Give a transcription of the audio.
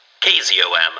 KZOM